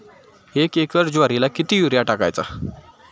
एक एकर ज्वारीला किती युरिया टाकायचा?